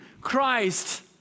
Christ